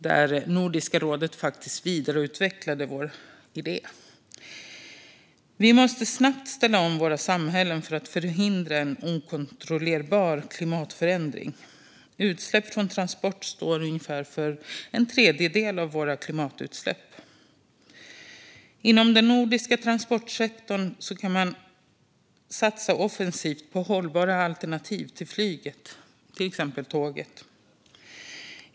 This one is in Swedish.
Där har Nordiska rådet faktiskt vidareutvecklat vår idé. Vi måste snabbt ställa om våra samhällen för att förhindra en okontrollerbar klimatförändring. Utsläpp från transporter står för ungefär en tredjedel av våra klimatutsläpp. Inom den nordiska transportsektorn kan man satsa offensivt på hållbara alternativ till flyg, till exempel tåg.